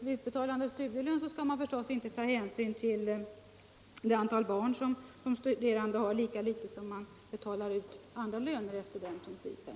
Vid utbetalning av studielön skall man givetvis inte ta hänsyn till det antal barn som de studerande har, lika litet som man betalar ut andra löner efter den principen.